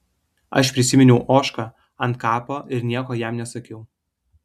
aš prisiminiau ožką ant kapo ir nieko jam nesakiau